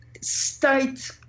state